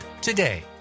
today